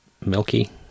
milky